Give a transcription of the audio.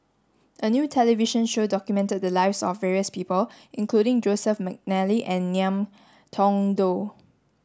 a new television show documented the lives of various people including Joseph Mcnally and Ngiam Tong Dow